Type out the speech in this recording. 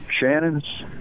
Shannon's